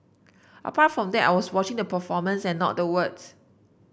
apart from that I was watching the performance and not the words